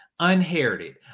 unherited